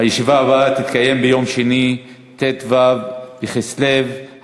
הישיבה הבאה תתקיים ביום שני, ט"ו בכסלו